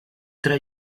tra